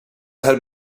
had